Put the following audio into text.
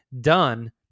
done